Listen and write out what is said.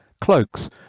cloaks